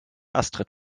astrid